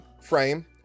frame